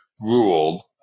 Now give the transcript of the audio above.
ruled